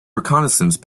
reconnaissance